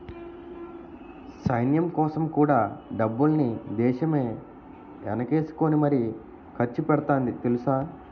సైన్యంకోసం కూడా డబ్బుల్ని దేశమే ఎనకేసుకుని మరీ ఖర్చుపెడతాంది తెలుసా?